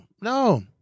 no